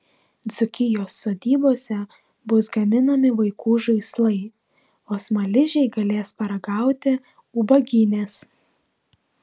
dzūkijos sodybose bus gaminami vaikų žaislai o smaližiai galės paragauti ubagynės